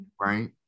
right